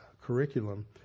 curriculum